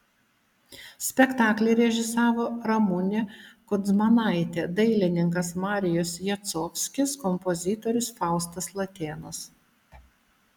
spektaklį režisavo ramunė kudzmanaitė dailininkas marijus jacovskis kompozitorius faustas latėnas